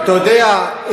אתה יודע,